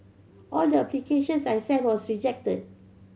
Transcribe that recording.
all the applications I sent was rejected